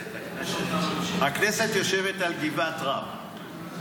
הכנסת יושבת על גבעת רם.